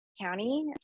county